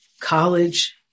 College